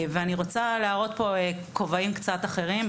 אני רוצה להראות פה כובעים קצת אחרים.